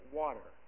water